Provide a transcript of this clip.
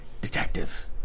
detective